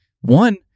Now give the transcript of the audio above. one